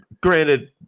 Granted